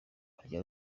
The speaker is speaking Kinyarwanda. barya